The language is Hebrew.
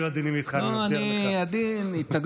הם יהיו עדינים איתך,